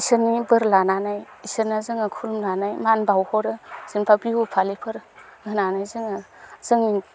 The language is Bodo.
इसोरनि बोर लानानै इसोरनो जोङो खुलुमनानै मान बावहरो जेनेबा बिहु फालिफोर होनानै जोङो जों